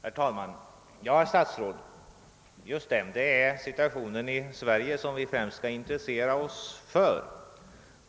Herr talman! Ja, herr statsråd, det är. just situationen 'i Sverige som vi främst skall intressera oss för.